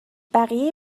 بقیه